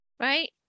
Right